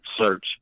search